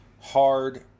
hard